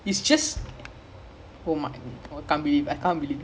oh my god kawanis god kawanis god it's quite header